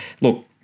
Look